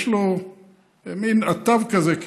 יש לו מין אטב כזה,